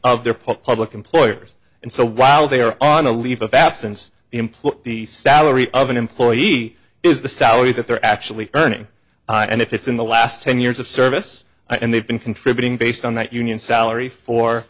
of their public employers and so while they are on a leave of absence the employer the salary of an employee is the salary that they're actually earning and if it's in the last ten years of service and they've been contributing based on that union salary for